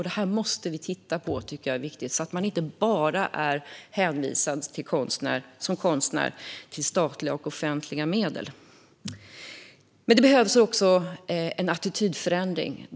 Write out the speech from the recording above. Detta måste vi titta på, så att man som konstnär inte bara är hänvisad till statliga och offentliga medel. Men det behövs också en attitydförändring.